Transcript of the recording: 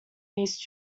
these